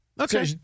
Okay